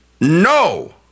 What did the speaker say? no